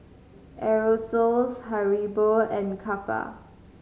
Aerosoles Haribo and Kappa